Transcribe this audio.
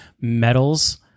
metals